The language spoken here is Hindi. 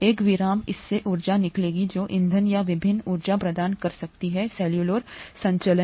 एक विराम इससे ऊर्जा निकलेगी जो ईंधन या विभिन्न ऊर्जा प्रदान कर सकती है सेलुलर संचालन